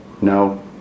No